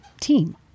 team